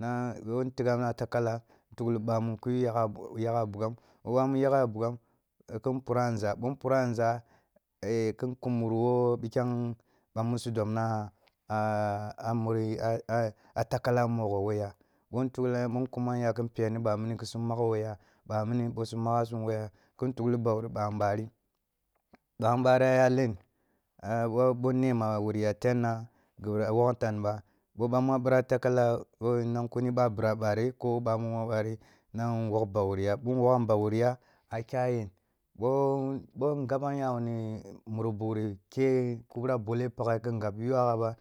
na ъo intigham a takala, in tughli bamun ki yo yagha a bugham, ъo bamun yagha a bugham, kin pura aȝha, bo mpura aȝha, bo mpuram a nȝha kin kun muru wo piken ba mu su dobna a a muri a takala mogho wo ya, ъo in tughlan ya ъo nkumanya kin peni bamini ki su magh wo ya, ъa mini bosumagha sum wo ga, kin tukli ba kuni bamun bari, ъamun ъari aya len bo ne ma wuriya tenna ghibira wok ntanba, ъo bamma biraba a takala, wo nan kuni ъabira bari ko bamun ъari nan wogh ba wuriya ъo nwogh ba wuriya, akya yen wo bo ngabanyawuni muri bo ri ke kubra bole paghe kin gab yuaba.